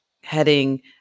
heading